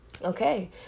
okay